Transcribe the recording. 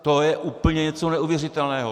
To je úplně něco neuvěřitelného!